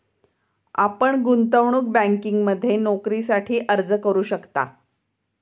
आपण गुंतवणूक बँकिंगमध्ये नोकरीसाठी अर्ज करू शकता